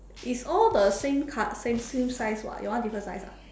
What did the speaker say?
it's all the same col~ same same size [what] your one different size ah